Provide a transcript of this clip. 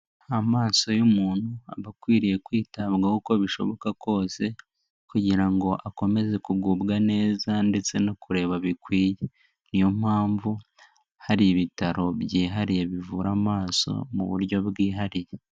Amaso y'umuntu, aba akwiriye kwitabwaho uko bishoboka kose kugira ngo akomeze kugubwa neza ndetse no kureba bikwiye, niyo mpamvu hari ibitaro byihariye bivura amaso mu buryo bwihariye.